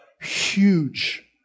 huge